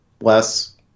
less